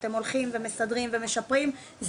שאתם הולכים ומסדרים ומשפרים,